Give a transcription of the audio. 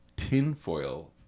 tinfoil